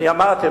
אמרתי,